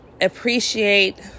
appreciate